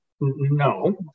No